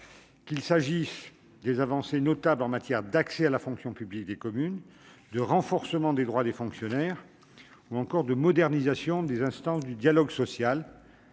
Qu'il s'agisse des avancées notables en matière d'accès à la fonction publique des communes, de renforcement des droits des fonctionnaires ou encore de modernisation des instances du dialogue social,